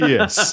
Yes